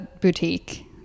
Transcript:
boutique